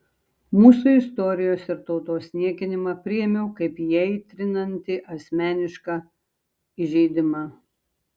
mūsų istorijos ir tautos niekinimą priėmiau kaip įaitrinantį asmenišką įžeidimą